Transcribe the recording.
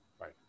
right